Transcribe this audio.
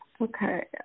Okay